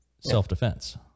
self-defense